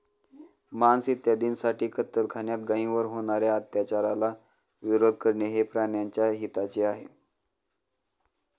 मांस इत्यादींसाठी कत्तलखान्यात गायींवर होणार्या अत्याचाराला विरोध करणे हे प्राण्याच्या हिताचे आहे